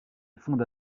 fonde